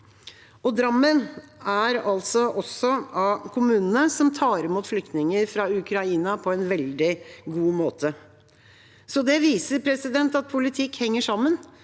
Drammen er av kommunene som tar imot flyktninger fra Ukraina på en veldig god måte. Det viser at politikk henger sammen,